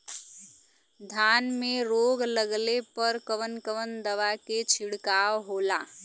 धान में रोग लगले पर कवन कवन दवा के छिड़काव होला?